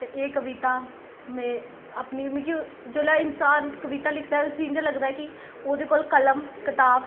एह् कविता में अपनी मिगी जेल्लै इन्सान कविता लिखदा उसी इ'यां लगदा कि ओह्दे कोल कलम कताब